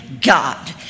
God